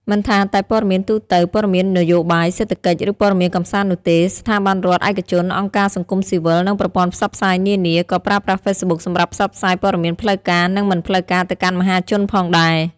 មិនថាតែព័ត៌មានទូទៅ ព័ត៌មាននយោបាយ សេដ្ឋកិច្ច ឬព័ត៌មានកម្សាន្តនោះទេ ស្ថាប័នរដ្ឋ ឯកជន អង្គការសង្គមស៊ីវិល និងប្រព័ន្ធផ្សព្វផ្សាយនានា ក៏ប្រើប្រាស់ហ្វេសប៊ុកសម្រាប់ផ្សព្វផ្សាយព័ត៌មានផ្លូវការ និងមិនផ្លូវការទៅកាន់មហាជនផងដែរ។